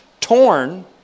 Torn